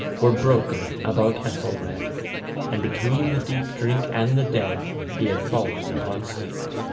were broken about ethelred and between the deep drink and the dead he had fallen upon sleep.